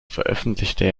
veröffentlichte